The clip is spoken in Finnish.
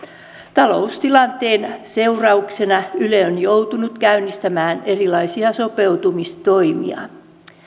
taloustilanteen seurauksena yle on joutunut käynnistämään erilaisia sopeuttamistoimia